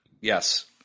yes